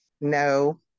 no